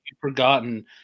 forgotten